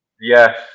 Yes